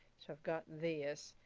so i've gotten this,